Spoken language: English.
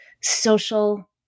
social